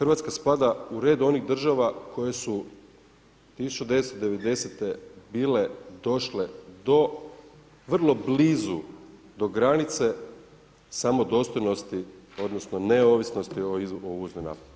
RH spada u red onih država koje su 1990. bile došle do vrlo blizu do granice samo dostojnosti odnosno neovisnosti o uvoznoj nafti.